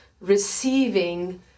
receiving